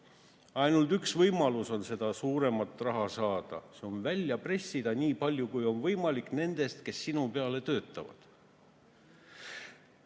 Ainult üks võimalus on seda suuremat raha saada: välja pressida nii palju, kui on võimalik, nendest, kes sinu heaks töötavad.